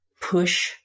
push